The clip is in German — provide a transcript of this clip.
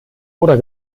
oder